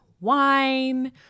wine